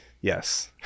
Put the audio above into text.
Yes